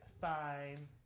Fine